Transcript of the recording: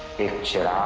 picture